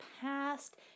past